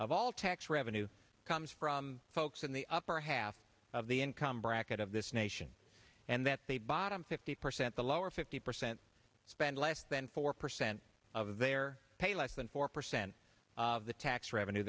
of all tax revenue comes from folks in the upper half of the income bracket of this nation and that the bottom fifty percent the lower fifty percent spend less than four percent of their pay less than four percent of the tax revenue